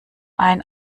ein